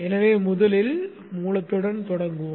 எனவே முதலில் மூலத்துடன் தொடங்குவோம்